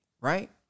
Right